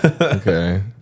Okay